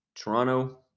Toronto